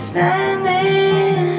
Standing